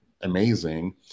amazing